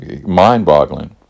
mind-boggling